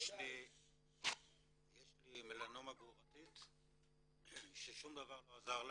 ויש לי מלנומה גרורתית ששום דבר לא עזר לה.